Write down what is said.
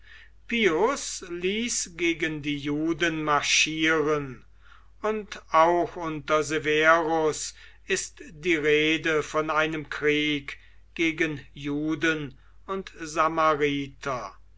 pius ließ gegen die juden marschieren und auch unter severus ist die rede von einem krieg gegen juden und samariter